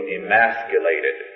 emasculated